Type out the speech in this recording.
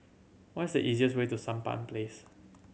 what is the easiest way to Sampan Place